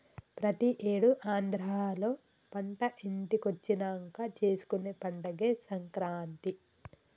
ప్రతి ఏడు ఆంధ్రాలో పంట ఇంటికొచ్చినంక చేసుకునే పండగే సంక్రాంతి